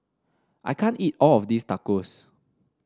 I can't eat all of this Tacos